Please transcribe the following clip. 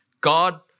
God